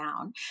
down